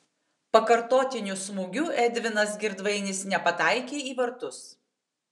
pakartotiniu smūgiu edvinas girdvainis nepataikė į vartus